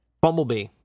Bumblebee